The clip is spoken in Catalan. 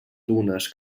dunes